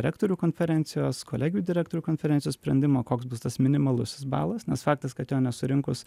rektorių konferencijos kolegijų direktorių konferencijos sprendimo koks bus tas minimalusis balas nes faktas kad jo nesurinkus